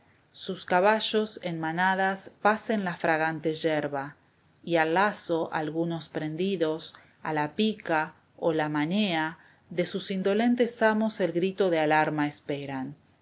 sus caballos en manadas pacen la fragante yerba y al lazo algunos prendidos a la pica o la manea de sus indolentes amos el grito de alarma esperan